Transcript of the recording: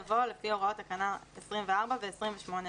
יבוא "לפי הוראות תקנה 24 ו-28ב".